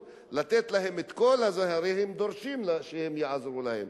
הרי הם דורשים שהם יעזרו להם.